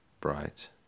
bright